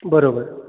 बरोबर